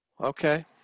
Okay